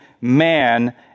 man